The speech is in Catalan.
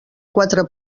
quatre